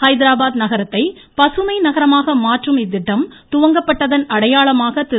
ஐதராபாத் நகரத்தை பசுமை நகரமாக மாற்றும் இத்திட்டம் துவங்கப்பட்டதன் அடையாளமாக திரு